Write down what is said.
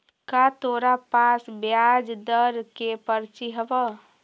का तोरा पास ब्याज दर के पर्ची हवअ